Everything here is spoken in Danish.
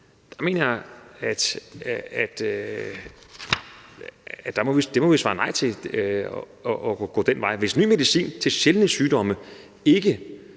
Jeg mener, at vi må svare nej til at gå den vej. Hvis ny medicin til sjældne sygdomme